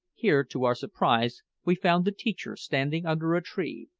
here, to our surprise, we found the teacher standing under a tree,